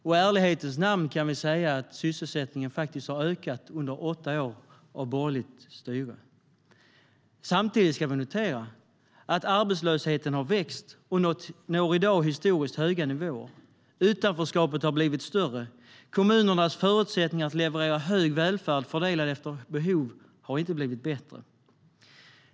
I ärlighetens namn kan vi säga att sysselsättningen faktiskt har ökat under åtta år av borgerligt styre. Samtidigt ska vi notera att arbetslösheten har växt och i dag når historiskt höga nivåer. Utanförskapet har blivit större. Kommunernas förutsättningar att leverera hög välfärd, fördelad efter behov, har inte blivit bättre.